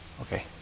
Okay